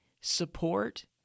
support